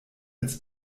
als